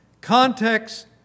Context